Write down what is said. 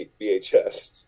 VHS